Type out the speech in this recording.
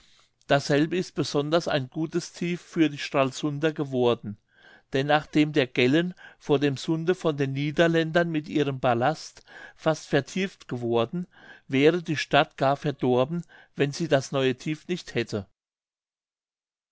dasselbe ist besonders ein gutes tief für die stralsunder geworden denn nachdem der gellen vor dem sunde von den niederländern mit ihrem ballast fast vertieft geworden wäre die stadt gar verdorben wenn sie das neue tief nicht hätte